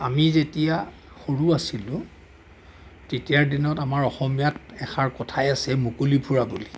আমি যেতিয়া সৰু আছিলোঁ তেতিয়া দিনত আমাৰ অসমীয়াত এষাৰ কথাই আছে মুকলি ফুৰা বুলি